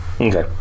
Okay